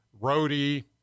roadie